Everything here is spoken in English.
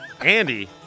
Andy